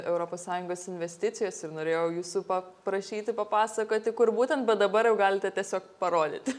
europos sąjungos investicijos ir norėjau jūsų paprašyti papasakoti kur būtent bet dabar jau galite tiesiog parodyti